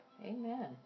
Amen